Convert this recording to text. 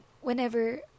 whenever